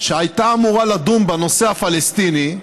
שהייתה אמורה לדון בנושא הפלסטיני,